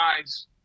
eyes